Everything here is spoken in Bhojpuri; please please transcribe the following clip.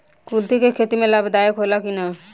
कुलथी के खेती लाभदायक होला कि न?